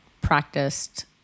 practiced